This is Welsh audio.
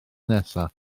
nesaf